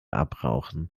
abrauchen